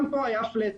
גם פה היה flat,